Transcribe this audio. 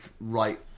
right